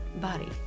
body